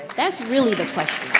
that is really the question.